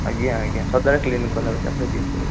ଆଜ୍ଞା ଆଜ୍ଞା ସଦାବେଳେ କ୍ଲିନିକ୍ ଖୋଲା ରହୁଛି ଆପଣ ଯେବେ କହିବେ